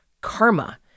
karma